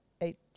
eight